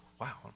Wow